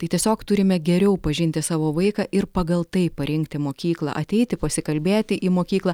tai tiesiog turime geriau pažinti savo vaiką ir pagal tai parinkti mokyklą ateiti pasikalbėti į mokyklą